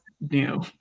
new